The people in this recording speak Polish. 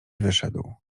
wyszedł